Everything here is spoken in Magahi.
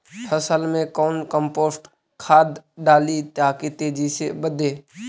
फसल मे कौन कम्पोस्ट खाद डाली ताकि तेजी से बदे?